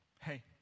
hey